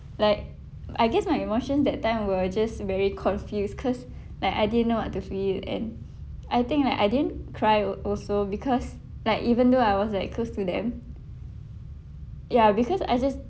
like I guess my emotion that time were just very confused cause like I didn't know what to feel and I think like I didn't cry al~ also because like even though I was like close to them ya because I just